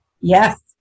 yes